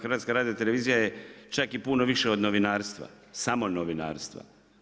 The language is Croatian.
Hrvatska radiotelevizija je čak i puno više od novinarstva, samo novinarstva.